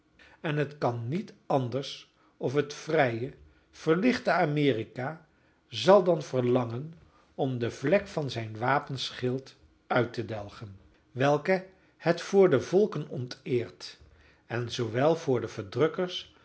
en het kan niet anders of het vrije verlichte amerika zal dan verlangen om de vlek van zijn wapenschild uit te delgen welke het voor de volken onteert en zoowel voor de verdrukkers